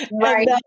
Right